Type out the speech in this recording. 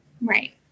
Right